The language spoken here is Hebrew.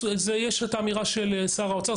יש את האמירה של שר האוצר,